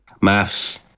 Maths